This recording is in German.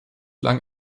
lang